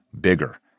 bigger